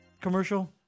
commercial